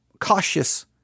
cautious